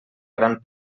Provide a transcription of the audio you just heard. gran